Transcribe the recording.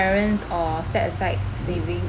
or set aside savings